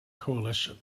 coalition